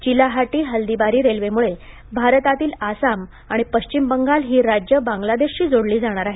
चीलाहाटी हल्दीबारी रेल्वेमुळे भारतातील आसाम आणि पश्चिम बंगाल ही राज्य बांगलादेशशी जोडली जाणार आहेत